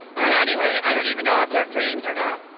and anyway i don't even know if they're dreams or not.